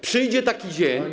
Przyjdzie taki dzień.